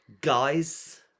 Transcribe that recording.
guys